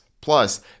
Plus